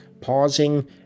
pausing